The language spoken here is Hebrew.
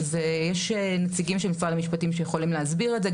יש נציגים של משרד המשפטים שיכולים להסביר את זה,